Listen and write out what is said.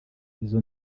izo